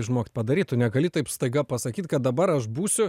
išmokt padaryt tu negali taip staiga pasakyt kad dabar aš būsiu